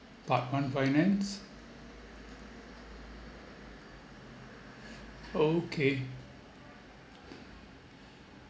part one finance okay